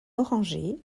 orangé